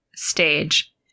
Stage